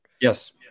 Yes